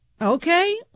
Okay